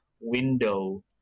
window